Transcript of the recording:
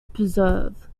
preserve